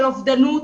של אובדנות.